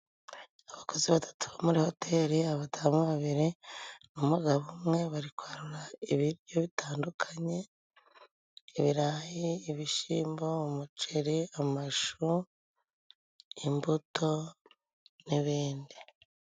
Abakozi batatu bo muri hoteli, abadamu babiri n'umugabo umwe, bari kwarura ibiryo bitandukanye ibirayi, ibishimbo, umuceri, amashu, imbuto n'ibindi.